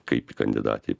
kaip į kandidatę